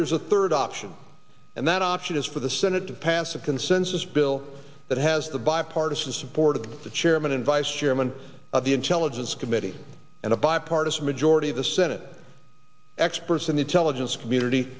there's a third option and that the option is for the senate to pass a consensus bill that has the bipartisan support of the chairman and vice chairman of the intelligence committee and a bipartisan majority of the senate experts and intelligence community